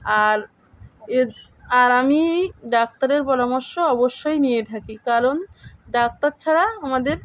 আর এ আর আমি ডাক্তারের পরামর্শ অবশ্যই নিয়ে থাকি কারণ ডাক্তার ছাড়া আমাদের